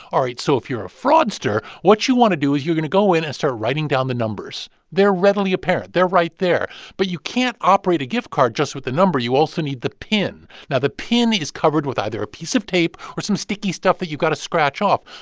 all right. so if you're a fraudster, what you want to do is you're going to go in and start writing down the numbers. they're readily apparent. they're right there but you can't operate a gift card just with the number. you also need the pin. now, the pin is covered with either a piece of tape or some sticky stuff that you've got to scratch off.